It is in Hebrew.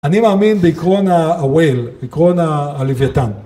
אני מאמין בעקרון ה-whale, בעקרון הלוויתן.